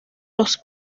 los